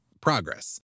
progress